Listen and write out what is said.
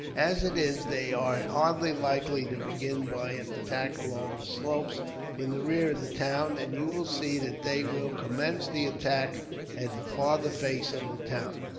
as it is, they are hardly likely to begin by an attack along the slopes in the rear of the town, and you will see that they will commence the attack at the farther face of the town.